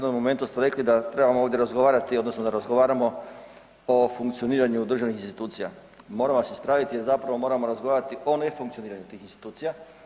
U jednom momentu ste rekli da trebamo ovdje razgovarati odnosno da razgovaramo o funkcioniranju državnih institucija, moram vas ispraviti jer zapravo moramo razgovarati o ne funkcioniranju tih institucija.